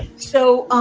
so